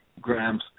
grams